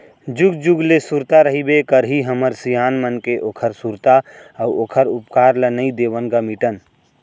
जुग जुग ले सुरता रहिबे करही हमर सियान मन के ओखर सुरता अउ ओखर उपकार ल नइ देवन ग मिटन